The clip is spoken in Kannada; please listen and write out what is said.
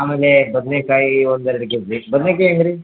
ಆಮೇಲೇ ಬದ್ನೆಕಾಯಿ ಒಂದು ಎರಡು ಕೆ ಜಿ ಬದ್ನೆಕಾಯಿ ಹೆಂಗೆ ರೀ